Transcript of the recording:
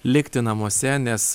likti namuose nes